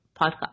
Podcast